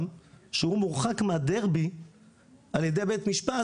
שהוא מורחק מהדרבי על ידי בית משפט,